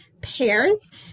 pairs